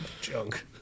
junk